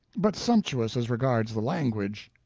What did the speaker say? but sumptuous as regards the language.